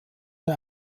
der